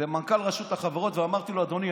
למנכ"ל רשות החברות ואמרתי לו: אדוני,